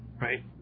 Right